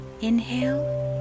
Inhale